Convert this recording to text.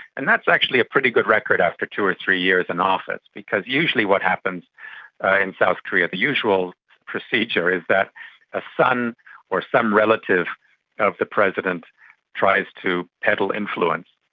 and that's actually a pretty good record after two or three years in office because usually what happens in south korea, the usual procedure is that a son or some relative of the president tries to peddle influence,